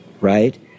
Right